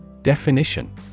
Definition